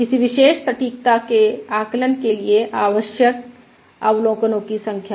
किसी विशेष सटीकता के आकलन के लिए आवश्यक अवलोकनों की संख्या